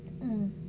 mm